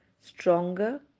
stronger